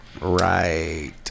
Right